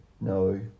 no